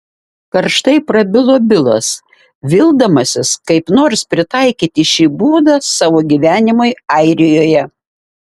karštai prabilo bilas vildamasis kaip nors pritaikyti šį būdą savo gyvenimui airijoje